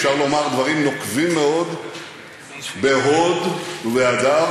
אפשר לומר דברים נוקבים מאוד בהוד ובהדר,